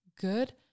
good